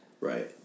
Right